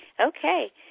Okay